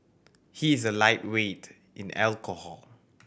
he is a lightweight in alcohol